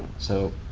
so,